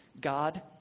God